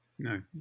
No